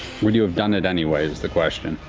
would you have done it anyway, is the question?